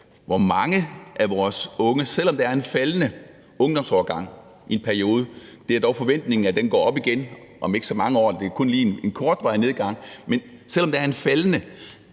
pladser, at vi, selv om det er en faldende ungdomsårgang i en periode – det er dog forventningen, at den går op igen om ikke så mange år, det er kun lige en kortvarig nedgang – også tænker på, at